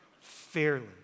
fairly